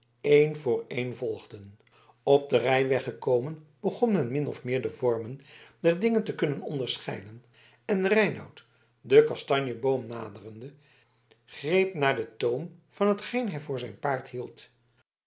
één voor één volgden op den rijweg gekomen begon men min of meer de vormen der dingen te kunnen onderscheiden en reinout den kastanjeboom naderende greep naar den toom van hetgeen hij voor zijn paard hield